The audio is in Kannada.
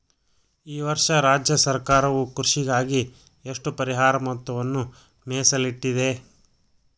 ಈ ವರ್ಷ ರಾಜ್ಯ ಸರ್ಕಾರವು ಕೃಷಿಗಾಗಿ ಎಷ್ಟು ಪರಿಹಾರ ಮೊತ್ತವನ್ನು ಮೇಸಲಿಟ್ಟಿದೆ?